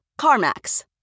CarMax